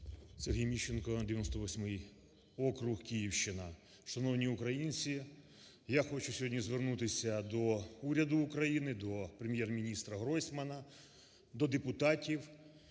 Сергій Міщенко, 98-й округ, Київщина. Шановні українці, я хочу сьогодні звернутися до уряду України, до Прем'єр-міністра Гройсмана, до депутатів